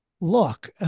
look